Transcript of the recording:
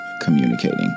communicating